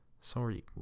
Sorry